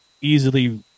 easily